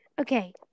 Okay